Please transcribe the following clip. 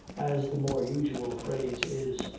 as the more usual phrase is,